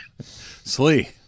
Slee